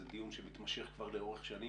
זה דיון שמתמשך כבר לאורך שנים,